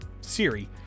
Siri